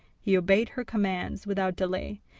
he obeyed her commands without delay,